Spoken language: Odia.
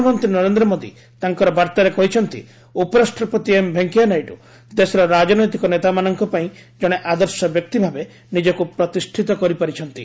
ପ୍ରଧାନମନ୍ତ୍ରୀ ନରେନ୍ଦ୍ର ମୋଦି ତାଙ୍କର ବାର୍ତ୍ତାରେ କହିଛନ୍ତି ଉପରାଷ୍ଟ୍ରପତି ଏମ୍ ଭେଙ୍କିୟା ନାଇଡ଼ ଦେଶର ରାଜନୈତିକ ନେତାମାନଙ୍କ ପାଇଁ ଜଣେ ଆଦର୍ଶ ବ୍ୟକ୍ତି ଭାବେ ନିଜକୁ ପ୍ରତିଷ୍ଠିତ କରିପାରିଛନ୍ତି